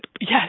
yes